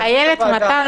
אפשר להפריד בין הסעיפים?